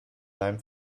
leim